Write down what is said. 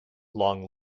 long